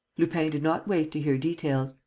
lupin did not wait to hear details.